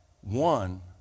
one